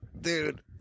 dude